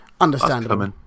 understandable